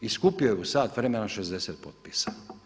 I skupio je u sat vremena 60 potpisa.